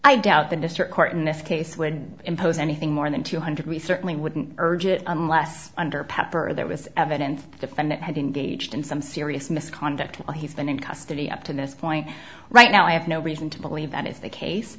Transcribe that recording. i doubt the district court in this case would impose anything more than two hundred research in wouldn't urge it unless under pepper there was evidence that the defendant had engaged in some serious misconduct while he's been in custody up to this point right now i have no reason to believe that is the case